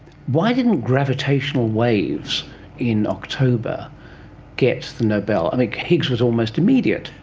why didn't gravitational waves in october get the nobel? higgs was almost immediate.